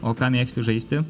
o ką mėgsti žaisti